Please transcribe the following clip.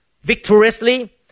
victoriously